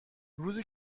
روزی